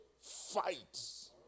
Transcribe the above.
fights